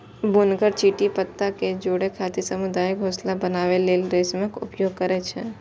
बुनकर चुट्टी पत्ता कें जोड़ै खातिर सामुदायिक घोंसला बनबै लेल रेशमक उपयोग करै छै